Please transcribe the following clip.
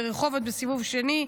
ורחובות בסיבוב שני,